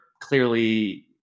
clearly